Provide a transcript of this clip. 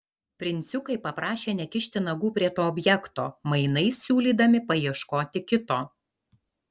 princiukai paprašė nekišti nagų prie to objekto mainais siūlydami paieškoti kito